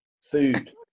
food